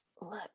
Look